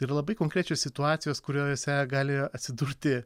yra labai konkrečios situacijos kuriose gali atsidurti